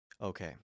Okay